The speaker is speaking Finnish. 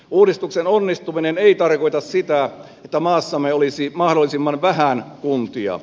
uudistuksen onnistuminen ei tarkoita sitä että maassamme olisi mahdollisimman vähän kuntia